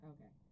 Okay